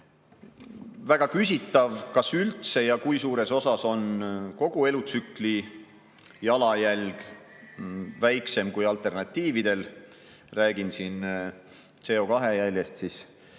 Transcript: Väga küsitav, kas üldse ja kui suures osas on selle puhul kogu elutsükli jalajälg väiksem kui alternatiividel. Räägin siin CO2jäljest.